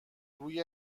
روی